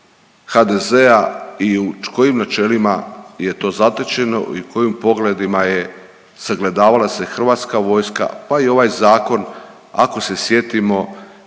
HDZ-a i u kojim načelima je to zatečeno i u kojim pogledima sagledavala se hrvatska vojska pa i ovaj zakon ako se sjetimo